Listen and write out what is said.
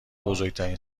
بزرگترین